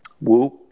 Whoop